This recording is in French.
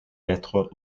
lettre